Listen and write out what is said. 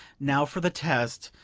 now for the test,